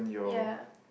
ya